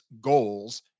goals